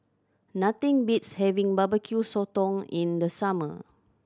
nothing beats having Barbecue Sotong in the summer